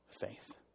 faith